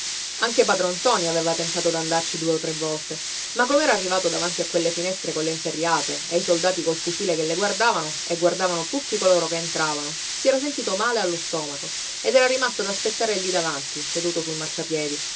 anche padron ntoni aveva tentato d'andarci due o tre volte ma com'era arrivato davanti a quelle finestre colle inferriate e i soldati col fucile che le guardavano e guardavano tutti coloro che entravano si era sentito male allo stomaco ed era rimasto ad aspettare lì davanti seduto sul marciapiedi